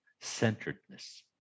centeredness